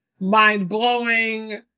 mind-blowing